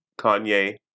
kanye